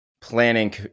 planning